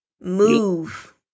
move